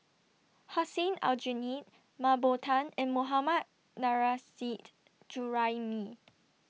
Hussein Aljunied Mah Bow Tan and Mohammad Nurrasyid Juraimi